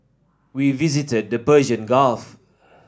we visited the Persian Gulf